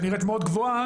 שנראית גבוהה מאוד,